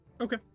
Okay